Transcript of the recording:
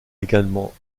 également